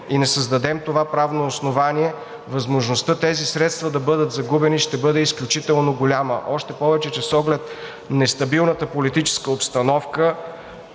и не създадем това правно основание, възможността тези средства да бъдат загубени ще бъде изключително голяма, още повече че с оглед нестабилната политическа обстановка,